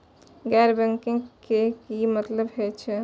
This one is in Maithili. गैर बैंकिंग के की मतलब हे छे?